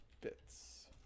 bits